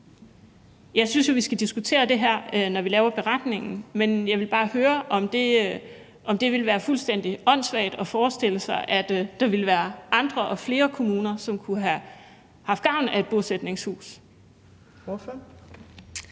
Jeg synes jo, at vi skal diskutere det her, når vi laver beretningen, men jeg vil bare høre, om det ville være fuldstændig åndssvagt at forestille sig, at der ville være andre og flere kommuner, som kunne have haft gavn af et bosætningshus. Kl.